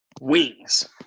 Wings